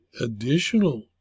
additional